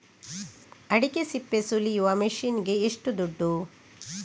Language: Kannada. ಅಡಿಕೆ ಸಿಪ್ಪೆ ಸುಲಿಯುವ ಮಷೀನ್ ಗೆ ಏಷ್ಟು ದುಡ್ಡು?